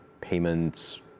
payments